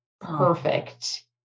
perfect